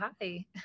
hi